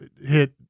hit